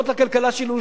לחברה של ירושלים,